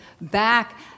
back